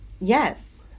yes